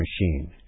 machine